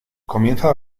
comienza